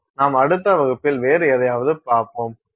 நமது அடுத்த வகுப்பில் வேறு எதையாவது பார்ப்போம்